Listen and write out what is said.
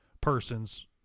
persons